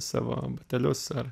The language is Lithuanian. savo batelius ar